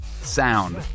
Sound